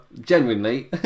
genuinely